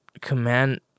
command